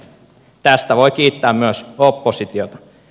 tästä voi kiittää myös oppositiota